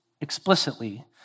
explicitly